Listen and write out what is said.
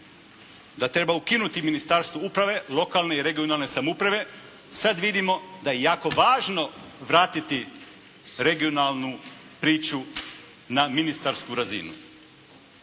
da treba ukinuti Ministarstvo uprave, lokalne i regionalne samouprave. Sad vidimo da je jako važno vratiti regionalnu priču na ministarsku razinu.